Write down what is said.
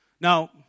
Now